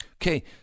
Okay